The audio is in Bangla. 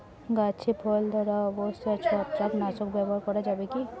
গাছে ফল ধরা অবস্থায় ছত্রাকনাশক ব্যবহার করা যাবে কী?